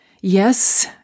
Yes